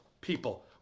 people